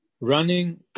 running